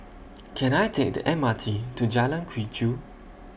Can I Take The M R T to Jalan Quee Chew